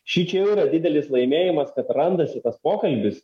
šičia jau yra didelis laimėjimas kad randasi tas pokalbis